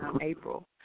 April